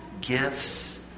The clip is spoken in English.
gifts